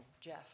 jeff